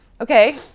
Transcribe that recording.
okay